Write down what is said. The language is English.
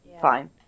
fine